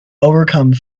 overcome